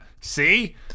see